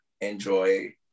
enjoy